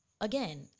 Again